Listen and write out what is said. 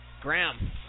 Graham